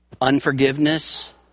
Unforgiveness